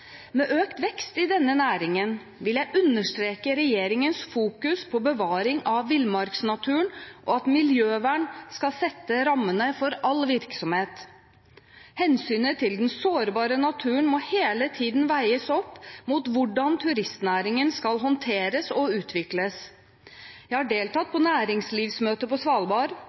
Med økt vekst i denne næringen vil jeg understreke regjeringens fokus på bevaring av villmarksnaturen, og at miljøvern skal sette rammene for all virksomhet. Hensynet til den sårbare naturen må hele tiden veies opp mot hvordan turistnæringen skal håndteres og utvikles. Jeg har deltatt på næringslivsmøte på Svalbard